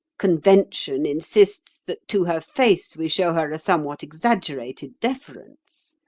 convention insists that to her face we show her a somewhat exaggerated deference.